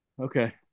Okay